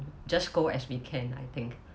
just go as we can I think